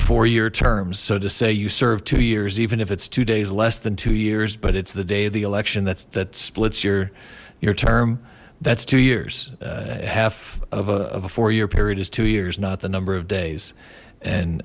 four year terms so to say you serve two years even if it's two days less than two years but it's the day of the election that's that splits your your term that's two years half of a four year period is two years not the number of days and